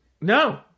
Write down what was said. No